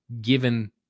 given